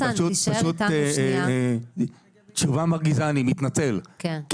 זו פשוט תשובה מרגיזה אני מתנצל כי